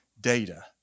data